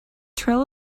trail